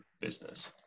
business